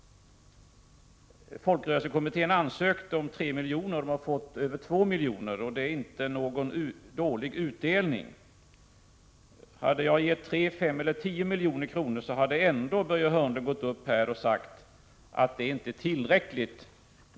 Folkrörelsekommittén ansökte om 3 milj.kr. och har fått över 2 milj.kr., och det är inte någon dålig utdelning. Hade jag gett 3, 5 eller 10 milj.kr. hade ändå Börje Hörnlund gått upp här i talarstolen och sagt att det inte varit tillräckligt.